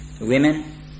women